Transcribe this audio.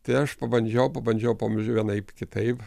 tai aš pabandžiau pabandžiau pabandžiau vienaip kitaip